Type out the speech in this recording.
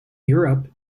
europe